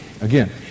again